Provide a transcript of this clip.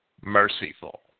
merciful